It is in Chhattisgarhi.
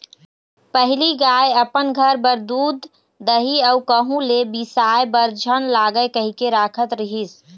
पहिली गाय अपन घर बर दूद, दही अउ कहूँ ले बिसाय बर झन लागय कहिके राखत रिहिस